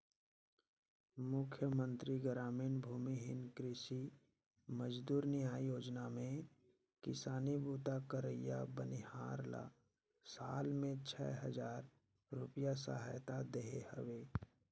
मुख्यमंतरी गरामीन भूमिहीन कृषि मजदूर नियाव योजना में किसानी बूता करइया बनिहार ल साल में छै हजार रूपिया सहायता देहे हवे